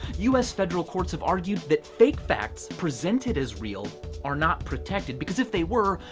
us federal courts have argued that fake facts presented as real are not protected, because if they were,